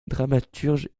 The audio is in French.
dramaturge